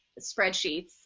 spreadsheets